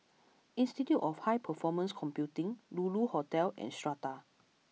Institute of High Performance Computing Lulu Hotel and Strata